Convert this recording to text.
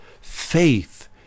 faith